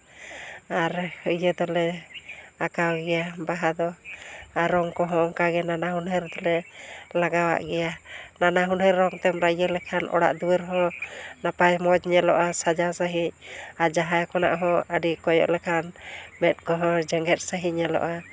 ᱟᱨ ᱤᱭᱟᱹ ᱫᱚᱞᱮ ᱟᱸᱠᱟᱣ ᱜᱮᱭᱟ ᱵᱟᱦᱟ ᱫᱚ ᱟᱨ ᱨᱚᱝ ᱠᱚᱦᱚᱸ ᱚᱱᱠᱟ ᱜᱮ ᱱᱟᱱᱟᱦᱩᱱᱟᱹᱨ ᱜᱮᱞᱮ ᱞᱟᱜᱟᱣᱟᱜ ᱜᱮᱭᱟ ᱱᱟᱱᱟᱦᱩᱱᱟᱹᱨ ᱨᱚᱝᱛᱮᱢ ᱤᱭᱟᱹ ᱞᱮᱠᱷᱟᱱ ᱚᱲᱟᱜ ᱫᱩᱣᱟᱹᱨ ᱦᱚᱸ ᱱᱟᱯᱟᱭ ᱢᱚᱡᱽ ᱧᱮᱞᱚᱜᱼᱟ ᱥᱟᱡᱟᱣ ᱥᱟᱺᱦᱤᱡ ᱟᱨ ᱡᱟᱦᱟᱸ ᱠᱷᱚᱱᱟᱜ ᱦᱚᱸ ᱟᱹᱰᱤ ᱠᱚᱭᱚᱜ ᱞᱮᱠᱷᱟᱱ ᱢᱮᱸᱫ ᱠᱚᱦᱚᱸ ᱡᱮᱸᱜᱮᱫ ᱥᱟᱺᱦᱤᱡ ᱧᱮᱞᱚᱜᱼᱟ